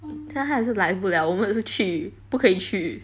现在他也是来不了我们也是去不可以去